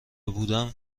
بودم